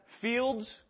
fields